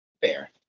Fair